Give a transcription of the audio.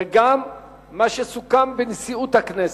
וגם מה שסוכם בנשיאות הכנסת,